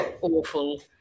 awful